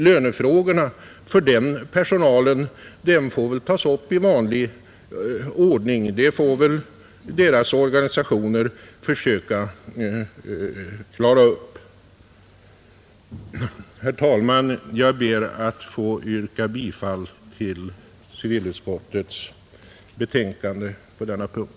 Lönefrågorna för den personalen får tas upp i vanlig ordning; det får väl deras organisationer försöka klara upp. Herr talman! Jag ber att få yrka bifall till civilutskottets hemställan på denna punkt.